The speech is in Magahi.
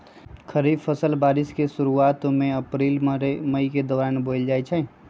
खरीफ फसलें बारिश के शुरूवात में अप्रैल मई के दौरान बोयल जाई छई